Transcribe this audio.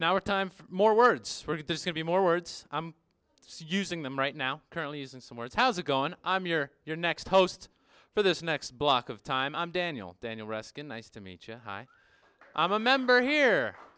a time for more words can be more words i'm using them right now currently using some words how's it going i'm your your next host for this next block of time i'm daniel daniel reskin nice to meet you hi i'm a member here